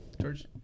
George